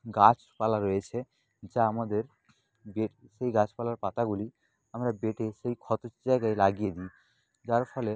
গাছপালা রয়েছে যা আমাদের যে সেই গাছপালার পাতাগুলি আমরা বেঁটে সেই ক্ষতর জায়গায় লাগিয়ে দিই যার ফলে